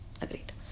Agreed